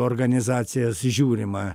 organizacijas žiūrima